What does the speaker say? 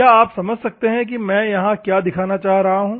क्या आप समझ सकते हैं मैं यहाँ क्या दिखाना चाह रहा हूं